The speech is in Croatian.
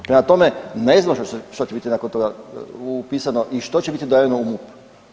Prema tome, ne znam što će biti nakon toga upisano i što će biti udareno u MUP.